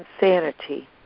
insanity